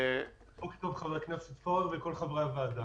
טוב לחבר הכנסת פורר ולכל חברי הוועדה.